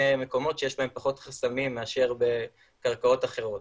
מקומות שיש בהם פחות חסמים מאשר בקרקעות אחרות.